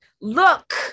Look